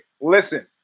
listen